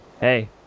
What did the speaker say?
hey